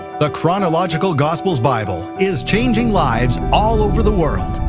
the chronological gospels bible is changing lives all over the world,